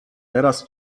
teraz